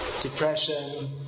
depression